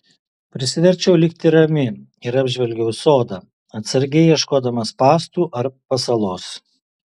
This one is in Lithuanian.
prisiverčiau likti rami ir apžvelgiau sodą atsargiai ieškodama spąstų ar pasalos